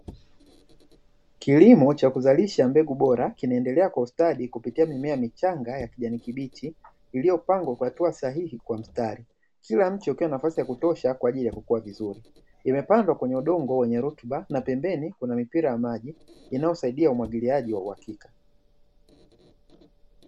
Kilimo cha kuzalisha mbegu bora, kinaendelea kwa ustadi kupitia mimea michnga ya kijani kibichi, iliyopangwa kwa hatua sahihi kwa mstari, kila mche ukiwa na nafasi ya kutosha kwa ajili ya kukua vizuri, imepandwa kwenye udongo wenye rutuba na pembeni kuna mipira ya maji, inayosaidia umwagiliaji wa uhakika.